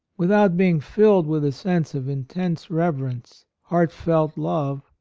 without being filled with a sense of intense reverence, heartfelt love,